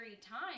time